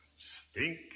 Stink